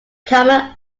common